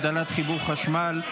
הגדלת חיבור החשמל),